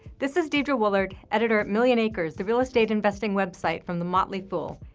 this is deidre woollard, editor at millionacres, the real estate investing website from the motley fool.